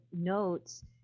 notes